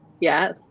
Yes